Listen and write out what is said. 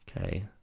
Okay